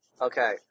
Okay